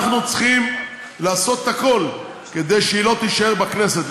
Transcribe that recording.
אנחנו צריכים לעשות הכול כדי שהיא לא תישאר בכנסת.